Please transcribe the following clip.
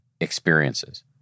experiences